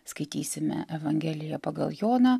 skaitysime evangeliją pagal joną